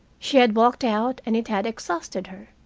she had walked out, and it had exhausted her.